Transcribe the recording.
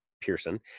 Pearson